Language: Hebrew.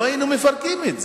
לא היינו מפרקים את זה.